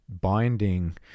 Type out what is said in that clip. binding